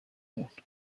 بمون